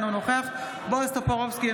אינו נוכח בועז טופורובסקי,